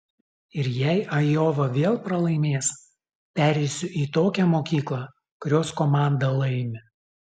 ir jei ajova vėl pralaimės pereisiu į tokią mokyklą kurios komanda laimi